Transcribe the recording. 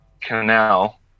canal